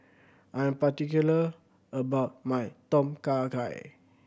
I am particular about my Tom Kha Gai